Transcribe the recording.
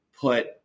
put